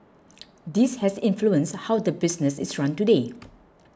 this has influenced how the business is run today